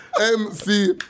MC